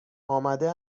آمده